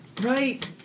Right